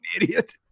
Idiot